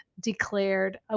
declared